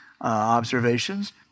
observations